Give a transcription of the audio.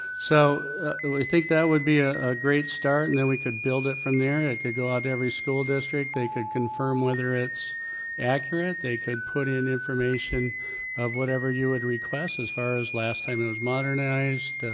so we think that would be a great start and then we could build it from there. yeah it could go out to every school district. they could confirm whether it's accurate. they could put in information of whatever you would request as far as last time it was modernized,